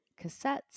cassettes